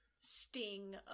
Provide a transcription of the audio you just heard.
sting